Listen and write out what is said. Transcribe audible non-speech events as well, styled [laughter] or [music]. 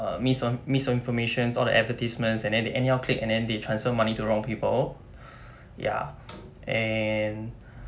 misin~ misinformations all the advertisements and then they anyhow click and then they transfer money to wrong people [breath] ya and